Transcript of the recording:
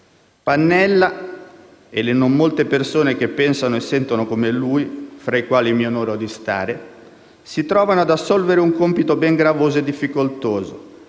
«Pannella, e le non molte persone che pensano e sentono come lui (fra le quali mi onoro di stare) si trovano ad assolvere un compito ben gravoso e difficoltoso: